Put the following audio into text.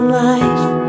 life